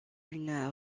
une